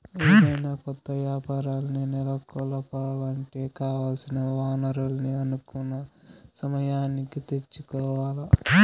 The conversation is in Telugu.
ఏదైనా కొత్త యాపారాల్ని నెలకొలపాలంటే కావాల్సిన వనరుల్ని అనుకున్న సమయానికి తెచ్చుకోవాల్ల